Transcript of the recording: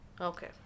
Okay